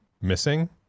missing